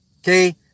Okay